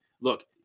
look